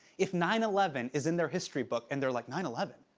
if nine eleven is in their history book and they're like, nine eleven?